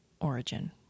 origin